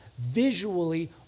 visually